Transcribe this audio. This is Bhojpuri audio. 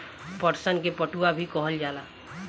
पटसन के पटुआ भी कहल जाला